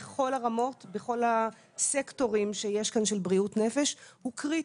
בכל הרמות ובכל הסקטורים שיש כאן של בריאות נפש הוא קריטי.